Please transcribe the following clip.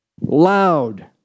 loud